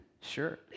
Sure